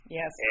yes